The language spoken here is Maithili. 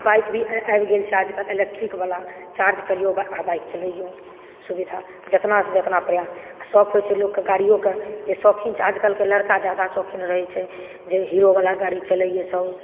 बाइक भी आ आबि गेल छै आजकल इलेक्ट्रिकवला चार्ज करियौ आ बा बाइक चलैयौ सुविधा जेतनासँ जेतना प्रयास शौक होइत छै लोककेँ गाड़ियोके जे शौखीन छै आजकलके लड़का ज्यादा शौक़ीन रहै छै जे हीरोवला गाड़ी चलैए सभ